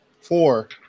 Four